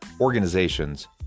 organizations